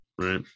Right